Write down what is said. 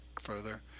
further